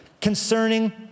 Concerning